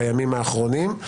בימים האחרונים.